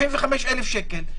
75,000 שקל.